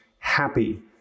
happy